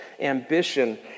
ambition